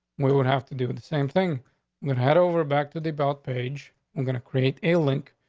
we would have to do with same thing we've had over back to the about page. i'm gonna create a link.